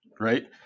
Right